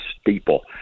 steeple